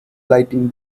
lighting